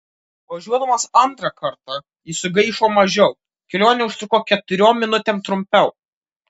važiuodamas antrą kartą jis sugaišo mažiau kelionė užtruko keturiom minutėm trumpiau